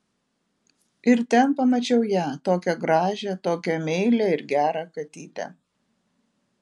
ir ten pamačiau ją tokią gražią tokią meilią ir gerą katytę